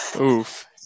oof